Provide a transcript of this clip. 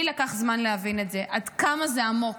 לי לקח זמן להבין את זה, עד כמה זה עמוק,